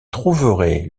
trouverez